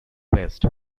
west